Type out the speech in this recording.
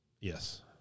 Yes